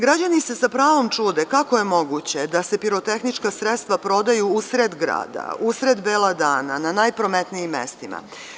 Građani se sa pravom čude kako je moguće da se pirotehnička sredstva prodaju u sred grada, u sred bela dana, na najprometnijim mestima?